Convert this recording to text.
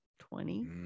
Twenty